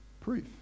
proof